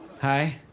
Hi